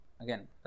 again